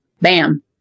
bam